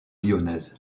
lyonnaise